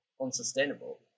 unsustainable